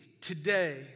today